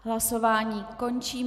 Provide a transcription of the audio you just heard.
Hlasování končím.